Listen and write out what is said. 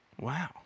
Wow